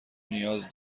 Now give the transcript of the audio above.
نیاز